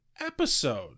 episode